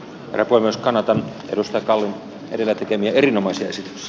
vr puolesta naton edustaja kalle rätykin erinomat